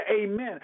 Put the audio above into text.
amen